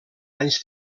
anys